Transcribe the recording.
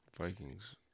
Vikings